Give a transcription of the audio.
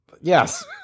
Yes